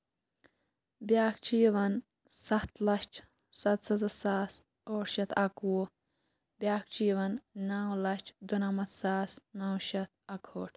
بیاکھ چھُ یِواان سَتھ لَچھ سَتھ سَتَتھ ساس ٲٹھ شیٚتھ اَکہٕ وُہ بیاکھ چھُ یِوان نَو لَچھ دُنَمَتھ ساس نَو شَتھ اَکہٕ ہٲٹھ